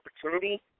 opportunity